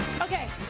okay